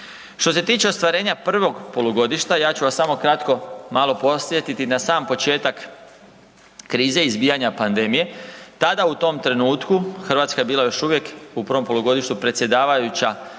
Što se tiče ostvarenja prvog polugodišta, ja ću vas samo kratko malo podsjetiti na sam početak krize izbijanja pandemije, tada u tom trenutku Hrvatska je bila još uvijek u prvom polugodištu predsjedavajuća